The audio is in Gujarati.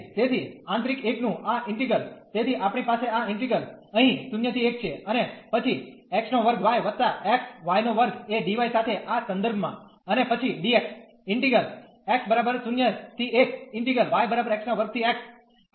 તેથી આંતરિક એકનું આ ઈન્ટિગ્રલ તેથી આપણી પાસે આ ઈન્ટિગ્રલ અહીં 0 ¿1 છે અને પછી x2 y x y2 એ dy સાથે આ સંદર્ભમાં અને પછી dx